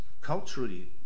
culturally